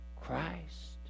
Christ